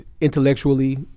intellectually